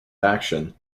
action